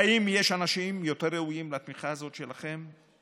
האם יש אנשים יותר ראויים לתמיכה הזאת שלכם?